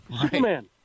Superman